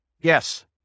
Yes